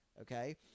Okay